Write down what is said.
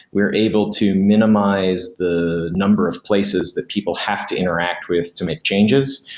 we're able to minimize the number of places that people have to interact with to make changes,